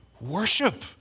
worship